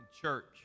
church